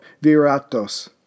Viratos